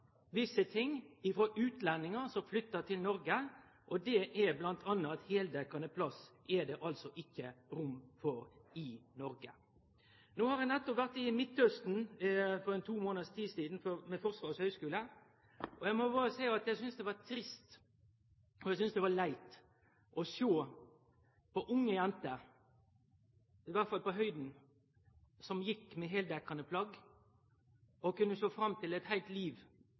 visse ting frå utlendingar som flyttar til Noreg. Det er bl.a. at heildekkjande plagg er det ikkje rom for i Noreg. Vi har nettopp vore i Midt-Austen, for ein to månaders tid sidan, med Forsvarets høgskole, og eg må berre seie at eg syntest det var trist og leit å sjå unge jenter – i alle fall etter høgda å dømme – som gjekk med heildekkjande plagg, og som kunne sjå fram til et heilt liv